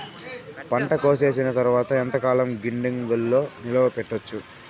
పంట కోసేసిన తర్వాత ఎంతకాలం గిడ్డంగులలో నిలువ పెట్టొచ్చు?